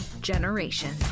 generation